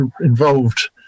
involved